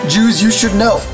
JewsYouShouldKnow